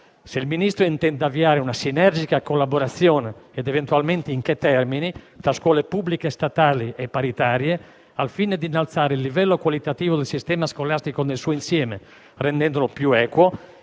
se il Ministro intenda avviare una sinergica collaborazione, ed eventualmente in che termini, tra scuole pubbliche statali e scuole paritarie al fine di innalzare il livello qualitativo del sistema scolastico nel suo insieme, rendendolo più equo